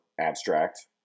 abstract